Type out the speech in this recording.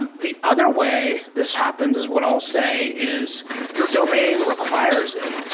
and the other way this happens is what i'll say is your domain requires it.